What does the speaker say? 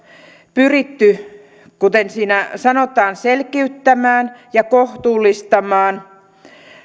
pyritty kuten siinä sanotaan selkiyttämään ja kohtuullistamaan